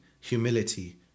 humility